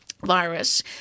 virus